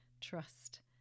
trust